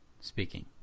speaking